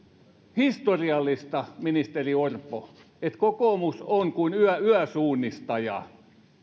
historiallista ministeri orpo että kokoomus on kuin yösuunnistaja